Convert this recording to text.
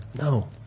No